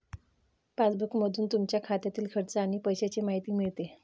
पासबुकमधून तुमच्या खात्यातील खर्च आणि पैशांची माहिती मिळते